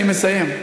אני מסיים,